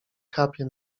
kapie